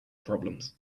problems